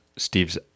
steve's